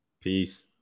Peace